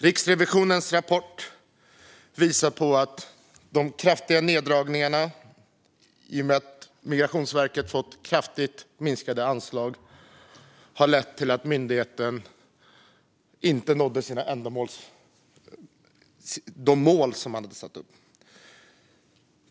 Riksrevisionens rapport visar att de kraftiga neddragningarna i och med Migrationsverkets kraftigt minskade anslag har lett till att myndigheten inte nått sina uppsatta mål.